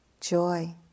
joy